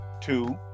Two